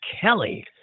kelly